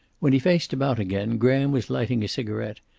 when he faced about again graham was lighting a cigaret,